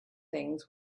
things